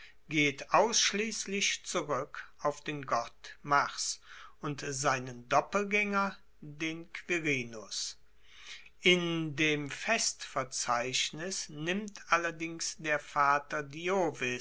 geht ausschliesslich zurueck auf den gott mars und seinen doppelgaenger den quirinus in dem festverzeichnis nimmt allerdings der vater